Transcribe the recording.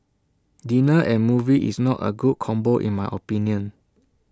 dinner and movie is not A good combo in my opinion